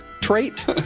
trait